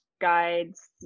guides